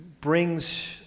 brings